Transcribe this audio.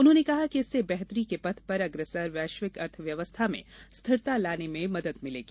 उन्होंने कहा कि इससे बेहतरी के पथ पर अग्रसर वैश्विक अर्थव्यवस्था में रिथिरता लाने में मदद मिलेगी